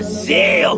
zeal